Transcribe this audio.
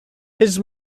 his